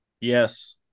Yes